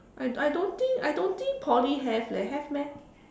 I I don't think I don't think Poly have leh have meh